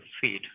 feed